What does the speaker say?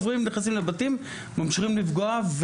נכנסים לבתים וממשיכים לפגוע.